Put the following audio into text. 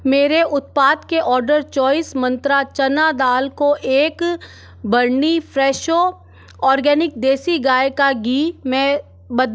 मेरे उत्पाद के ऑर्डर चॉइस मंत्रा चना दाल को एक बरनी फ़्रेशो ओर्गनिक देशी गाय का घी में म